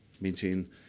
maintain